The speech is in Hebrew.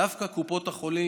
דווקא קופות החולים,